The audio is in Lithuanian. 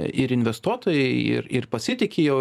ir investuotojai ir ir pasitiki jau